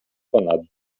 ponad